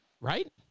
Right